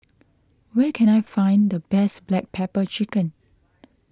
where can I find the best Black Pepper Chicken